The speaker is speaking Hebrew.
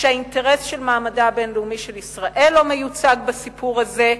שהאינטרס של מעמדה הבין-לאומי של ישראל לא מיוצג בסיפור הזה,